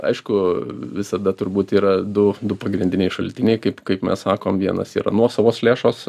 aišku visada turbūt yra du du pagrindiniai šaltiniai kaip kaip mes sakom vienos yra nuosavos lėšos